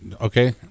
okay